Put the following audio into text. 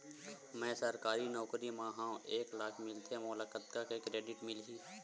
मैं सरकारी नौकरी मा हाव एक लाख मिलथे मोला कतका के क्रेडिट मिलही?